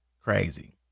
crazy